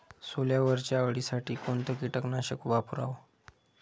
सोल्यावरच्या अळीसाठी कोनतं कीटकनाशक वापराव?